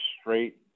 straight